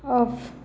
of